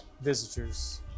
visitors